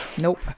Nope